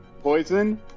Poison